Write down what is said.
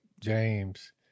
James